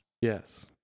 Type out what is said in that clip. Yes